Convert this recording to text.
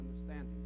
understanding